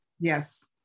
Yes